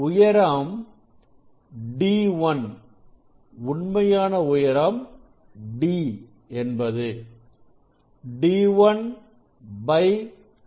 உயரம் d1 உண்மையான உயரம் d என்பது d1 d